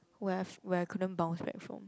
where I've where I couldn't bounce back from